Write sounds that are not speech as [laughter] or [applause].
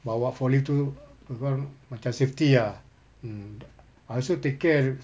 bawa forklift tu [noise] macam safety ah mm I also take care